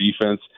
defense